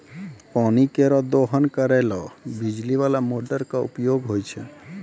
पानी केरो दोहन करै ल बिजली बाला मोटर क उपयोग होय छै